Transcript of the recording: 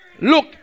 Look